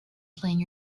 playing